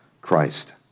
Christ